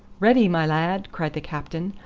ready, my lad! cried the captain.